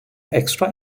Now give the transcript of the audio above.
extra